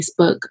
Facebook